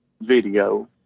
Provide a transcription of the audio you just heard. video